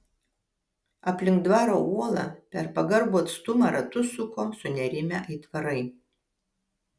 aplink dvaro uolą per pagarbų atstumą ratus suko sunerimę aitvarai